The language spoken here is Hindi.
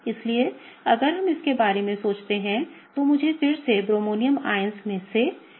इसलिए अगर हम इसके बारे में सोचते हैं तो मुझे फिर से ब्रोमोनियम आयनों में से एक को ड्रा करने दें